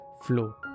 flow